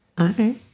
Okay